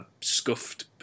scuffed